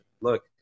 look